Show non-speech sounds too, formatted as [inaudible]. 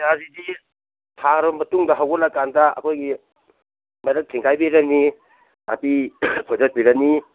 [unintelligible] ꯊꯥꯔ ꯃꯇꯨꯡꯗ ꯍꯧꯒꯠꯂꯀꯥꯟꯗ ꯑꯩꯈꯣꯏꯒꯤ ꯃꯔꯛ ꯊꯤꯟꯒꯥꯏꯕꯤꯔꯅꯤ ꯅꯥꯄꯤ ꯐꯣꯏꯗꯠꯄꯤꯔꯅꯤ